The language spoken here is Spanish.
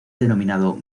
denominado